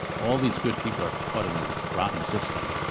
all these good people are caught in a rotten system,